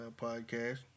podcast